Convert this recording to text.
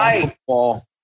football